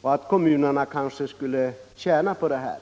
och att kommunerna kanske skulle tjäna på det här.